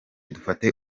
dufate